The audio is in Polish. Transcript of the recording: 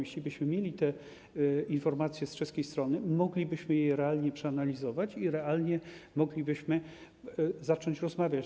Jeślibyśmy mieli informacje z czeskiej strony, moglibyśmy je realnie przeanalizować i realnie moglibyśmy zacząć rozmawiać.